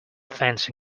fancy